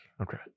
Okay